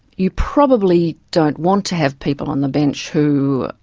you probably don't want to have people on the bench who